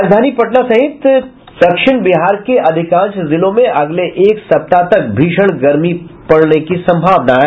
राजधानी पटना सहित दक्षिण बिहार के अधिकांश जिलों में अगले एक सप्ताह तक भीषण गर्मी पड़ने की संभावना है